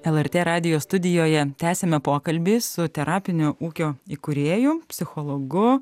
lrt radijo studijoje tęsiame pokalbį su terapinio ūkio įkūrėju psichologu